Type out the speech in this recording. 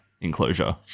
enclosure